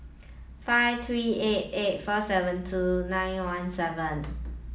five three eight eight four seven two nine one seven